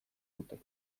dute